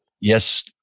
Yes